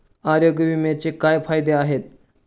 आरोग्य विम्याचे काय फायदे आहेत?